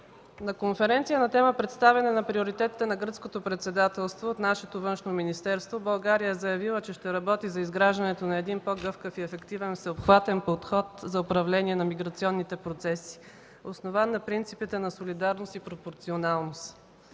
На конференция на тема „Представяне на приоритетите на Гръцкото председателство” от нашето Външно министерство, България е заявила, че ще работи за изграждането на един по-гъвкав и ефективен всеобхватен подход за управление на миграционните процеси, основан на принципите на солидарност и пропорционалност.